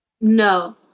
No